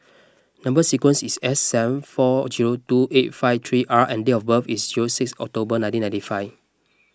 Number Sequence is S seven four zero two eight five three R and date of birth is zero six October nineteen ninety five